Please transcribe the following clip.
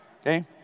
okay